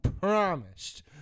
promised